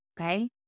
okay